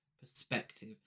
perspective